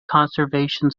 conservation